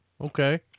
Okay